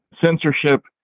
censorship